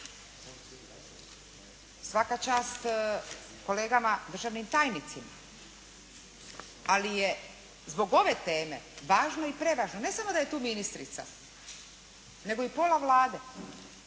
Svaka čast kolegama državnim tajnicima, ali je zbog ove teme važno i prevažno, ne samo da je tu ministrica nego i pola Vlade